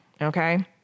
Okay